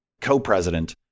co-president